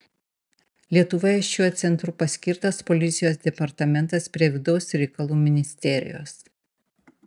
lietuvoje šiuo centru paskirtas policijos departamentas prie vidaus reikalų ministerijos